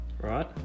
right